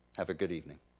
have a good evening.